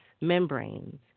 membranes